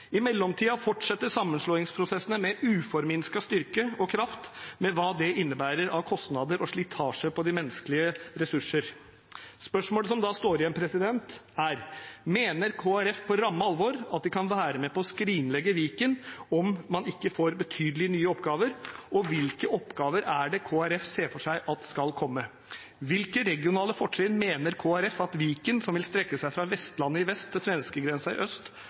I mellomtiden fortsetter sammenslåingsprosessene med uforminsket styrke og kraft, med hva det innebærer av kostnader og slitasje på de menneskelige ressurser. Spørsmålet som da står igjen, er: Mener Kristelig Folkeparti på ramme alvor at de kan være med på å skrinlegge Viken om man ikke får betydelig nye oppgaver, og hvilke oppgaver er det Kristelig Folkeparti ser for seg at skal komme? Hvilke regionale fortrinn mener Kristelig Folkeparti at Viken, som vil strekke seg fra Vestlandet i vest til svenskegrensen i øst,